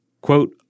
Quote